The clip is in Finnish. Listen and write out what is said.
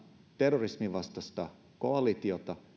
terrorisminvastaista koalitiota